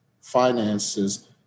finances